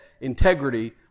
integrity